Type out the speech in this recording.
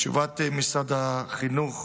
תשובת משרד החינוך